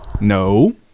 no